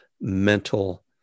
mental